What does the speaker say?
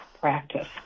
practice